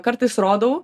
kartais rodau